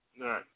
right